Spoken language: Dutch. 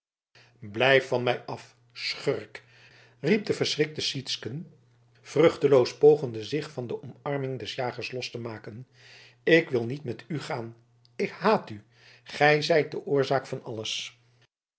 blijf van mij af schurk riep de verschrikte sytsken vruchteloos pogende zich van de omarming des jagers los te maken ik wil niet met u gaan ik haat u gij zijt de oorzaak van alles